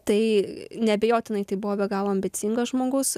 tai neabejotinai tai buvo be galo ambicingas žmogus